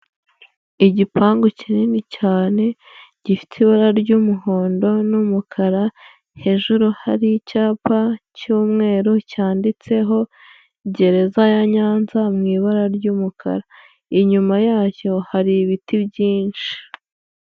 Igipangu kinini cyane gifite ibara ry'umuhondo n'umukara, hejuru hari icyapa cy'umweru cyanditseho "gereza ya Nyanza" mu ibara ry'umukara, inyuma yacyo hari ibiti byinshi.